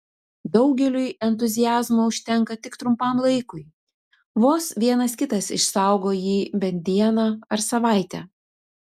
daugeliui entuziazmo užtenka tik trumpam laikui vos vienas kitas išsaugo jį bent dieną ar savaitę